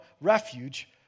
refuge